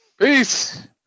Peace